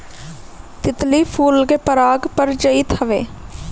तितली फूल के पराग पर जियत हवे